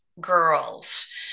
girls